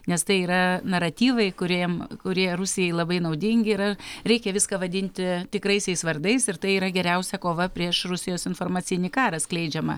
nes tai yra naratyvai kuriem kurie rusijai labai naudingi yra reikia viską vadinti tikraisiais vardais ir tai yra geriausia kova prieš rusijos informacinį karą skleidžiamą